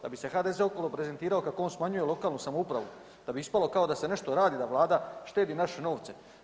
Da bi se HDZ okolo prezentirao kako on smanjuje lokalnu samoupravu, da bi ispalo kao da se nešto radi, da Vlada štedi naše novce.